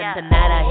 Tonight